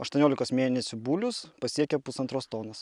aštuoniolikos mėnesių bulius pasiekia pusantros tonos